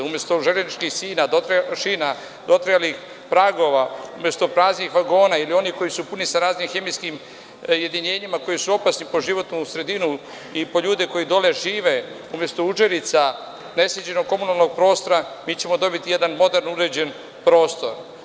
Umesto železničkih šina, dotrajalih pragova, praznih vagona ili onih koji su puni sa raznim hemijskim jedinjenjima i koji su opasni po životnu sredinu i po ljude koji dole žive, umesto udžerica, nesređenog komunalnog prostora, mi ćemo dobiti jedan moderno uređen prostor.